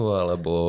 alebo